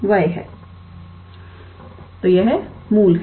तो यह मूल है